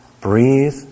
breathe